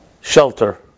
shelter